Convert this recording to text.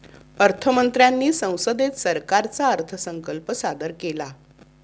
अर्थ मंत्र्यांनी संसदेत सरकारचा अर्थसंकल्प सादर केला